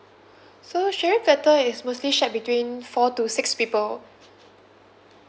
so sharing platter is mostly shared between four to six people